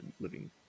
living